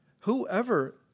Whoever